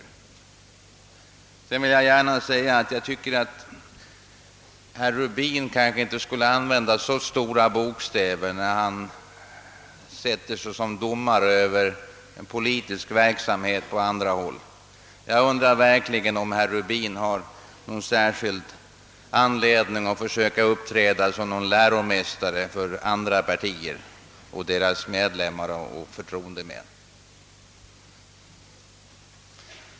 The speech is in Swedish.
Sedan vill jag gärna säga att jag tycker att herr Rubin inte borde använda så stora bokstäver och sätta sig som domare över politisk verksamhet på andra håll. Jag undrar verkligen om herr Rubin har anledning att uppträda som läromästare för andra partier och deras medlemmar och förtroendemän.